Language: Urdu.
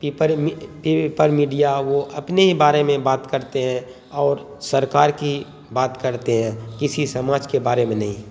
پیپر پیپر میڈیا وہ اپنے ہی بارے میں بات کرتے ہیں اور سرکار کی بات کرتے ہیں کسی سماج کے بارے میں نہیں